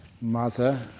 mother